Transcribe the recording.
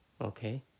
Okay